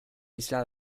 isla